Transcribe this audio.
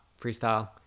freestyle